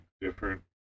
different